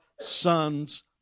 sons